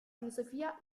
filosofia